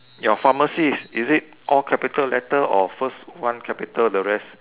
your pharmacy is is it all capital letter or first one capital the rest